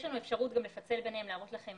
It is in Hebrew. יש לנו אפשרות גם לפצל ביניהם ולהראות לכם